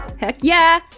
heck yeah!